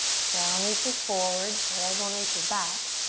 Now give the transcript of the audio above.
crown reaches forward, tailbone reaches back.